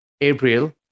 April